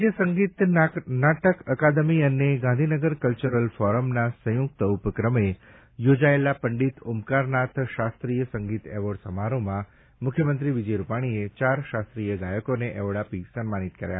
રાજ્ય સંગીત નાટક અકાદમી અને ગાંધીનગર કલ્ચરલ ફોરમના સંયુક્ત ઉપક્રમે યોજાયેલા પંડિત ઓમકારનાથ શાસ્ત્રીય સંગીત એવોર્ડ સમારોહમાં મુખ્યમંત્રી વિજય રૂપાણીએ ચાર શાસ્ત્રીય ગાયકોને એવોર્ડ આપી સન્માનિત કર્યા હતા